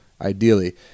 ideally